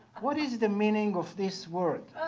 what is the meaning of this word?